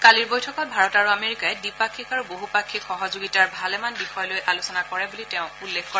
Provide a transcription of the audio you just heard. কালিৰ বৈঠকত ভাৰত আৰু আমেৰিকাই দ্বিপাক্ষিক আৰু বহুপাক্ষিক সহযোগিতাৰ ভালেমান বিষয় লৈ আলোচনা কৰে বুলি তেওঁ উল্লেখ কৰে